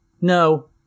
No